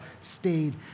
stayed